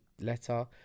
letter